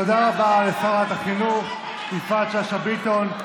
תודה רבה לשרת החינוך יפעת שאשא ביטון.